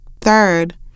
Third